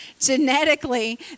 genetically